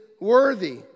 worthy